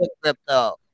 Crypto